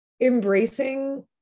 embracing